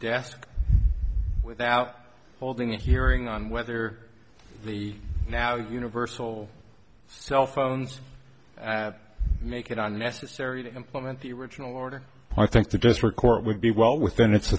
desk without holding a hearing on whether the now universal cell phones make it unnecessary to implement the original order i think the district court would be well within its